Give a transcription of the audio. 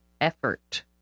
effort